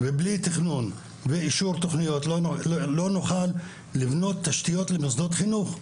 ובלי תכנון ואישור תוכניות לא נוכל לבנות תשתיות למוסדות חינוך,